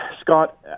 Scott